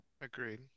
agreed